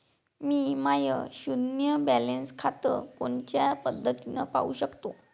मी माय शुन्य बॅलन्स खातं कोनच्या पद्धतीनं पाहू शकतो?